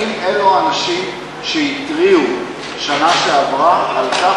האם אלה האנשים שהתריעו בשנה שעברה על כך